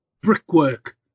brickwork